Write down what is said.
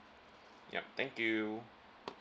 yup thank you